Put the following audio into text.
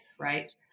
right